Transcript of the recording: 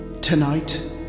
Tonight